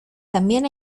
también